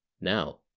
Now